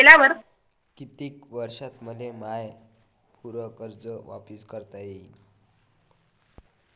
कितीक वर्षात मले माय पूर कर्ज वापिस करता येईन?